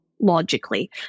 logically